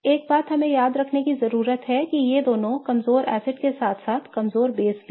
एक बात हमें याद रखने की जरूरत है कि ये दोनों कमजोर एसिड के साथ साथ कमजोर आधार भी हैं